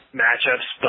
matchups